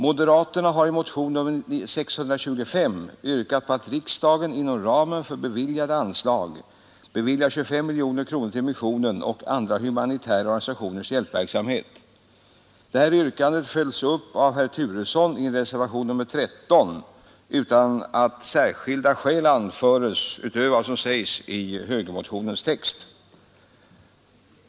Moderaterna har i motionen 625 yrkat att riksdagen inom ramen för godkända anslag beviljar 25 miljoner kronor till missionen och andra humanitära organisationers hjälpverksamhet. Yrkandet följs upp av herr Turesson i reservationen 13 utan att särskilda skäl anföres utöver vad som sägs i motionens text.